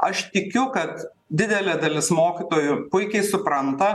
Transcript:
aš tikiu kad didelė dalis mokytojų puikiai supranta